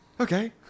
Okay